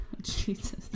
Jesus